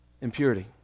Impurity